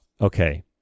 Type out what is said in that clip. Okay